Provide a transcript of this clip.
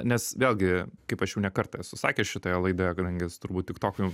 nes vėlgi kaip aš jau ne kartą esu sakęs šitoje laidoje kadangi esu turbūt tikoko